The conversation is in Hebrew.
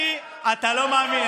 אתה לא מאמין.